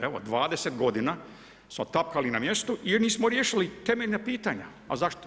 Evo 20 godina smo tapkali na mjestu jer nismo riješili temeljna pitanja, a zašto?